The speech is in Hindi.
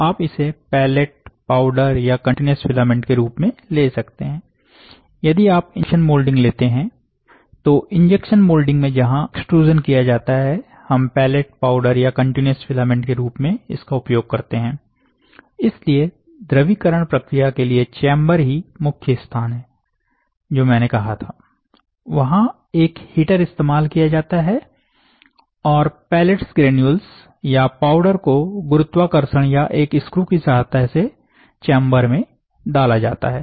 तो आप इसे पैलेट पाउडर या कंटीन्यूअस फिलामेंट के रूप में ले सकते हैं यदि आप इंजेक्शन मोल्डिंग लेते हैं तो इंजेक्शन मोल्डिंग में जहां एक्सट्रूज़न किया जाता है हम पैलेट पाउडर या कंटीन्यूअस फिलामेंट के रूप में इसका उपयोग करते हैं इसलिए द्रवीकरण प्रक्रिया के लिए चेंबर ही मुख्य स्थान है जो मैंने कहा था वहां एक हीटर इस्तेमाल किया जाता है और पेलेट्स ग्रेन्यूल्स या पाउडर को गुरुत्वाकर्षण या एक स्क्रू की सहायता से चेंबर में डाला जाता है